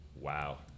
Wow